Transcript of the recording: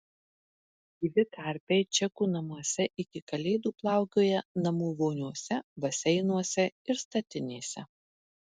gyvi karpiai čekų namuose iki kalėdų plaukioja namų voniose baseinuose ir statinėse